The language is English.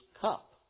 cup